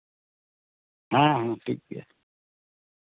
ᱦᱮᱸ ᱦᱮᱸ ᱴᱷᱤᱠ ᱜᱮᱭᱟ